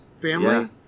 family